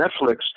Netflix